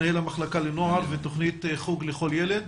מנהל המחלקה לנוער ותוכנית חוג לכל ילד.